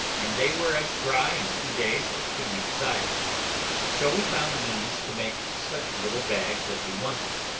and they were as dry in two days as could be desired so we found means to make such little bags as we wanted,